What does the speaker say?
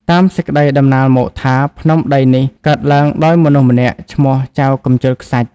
តាមសេចក្ដីតំណាលមកថា ភ្នំដីនេះកើតឡើងដោយមនុស្សម្នាក់ឈ្មោះ “ចៅកម្ជិលខ្សាច់”